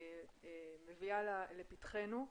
מביאה לפתחנו.